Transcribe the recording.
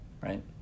Right